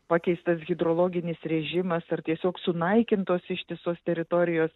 pakeistas hidrologinis režimas ar tiesiog sunaikintos ištisos teritorijos